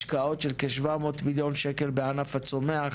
השקעות של כ-700 מיליון שקלים בענף הצומח,